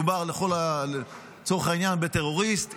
מדובר לצורך העניין בטרוריסט,